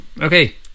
Okay